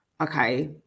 okay